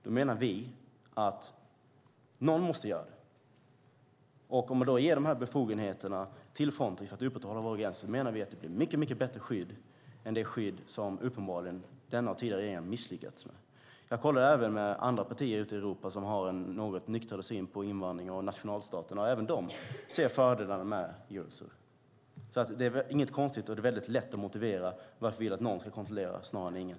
Då menar vi att någon måste göra det här. Om man ger de här befogenheterna till Frontex, att upprätthålla våra gränser, menar vi att det blir ett mycket bättre skydd än det skydd som uppenbarligen denna och tidigare regeringar misslyckats med. Jag har även kollat med andra partier ute i Europa som har en något nyktrare syn på invandring och nationalstater. Även de ser fördelarna med Eurosur. Det är inget konstigt, och det är väldigt lätt att motivera varför vi vill att någon ska kontrollera, snarare än ingen.